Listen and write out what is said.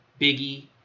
Biggie